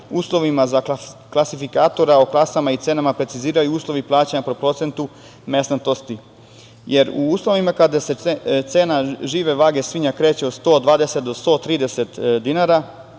uslovima za klasifikatora o klasama i cenama preciziraju uslovi plaćanja po procentu mesnatosti, jer u uslovima kada se cena žive vage svinja kreće od 120 do 130 dinara,